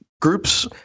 groups